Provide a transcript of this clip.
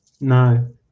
No